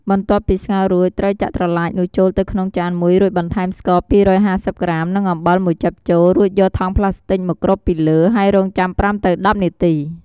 បន្ទាប់ពីស្ងោររួច ត្រូវចាក់ត្រឡាចនោះចូលទៅក្នុងចានមួយ រួចបន្ថែមស្ករ ២៥០ ក្រាម និងអំបិលមួយចឹបចូល រួចយកថង់ប្លាស្ទិចមកគ្របពីលើ ហើយរង់ចាំ ៥ ទៅ ១០ នាទី។